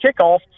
kickoff